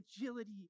agility